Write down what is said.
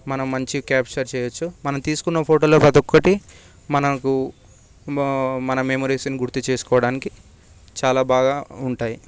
మనం మంచిగా క్యాప్చర్ చేయొచ్చు మనం తీసుకున్న ఫోటోలు ప్రతి ఒక్కటి మనకు మన మెమరీస్ని గుర్తు చేసుకోవడానికి చాలా బాగా ఉంటాయి